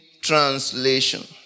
Translation